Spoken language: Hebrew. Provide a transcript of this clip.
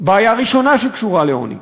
בעיה ראשונה שקשורה לעוני.